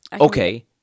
okay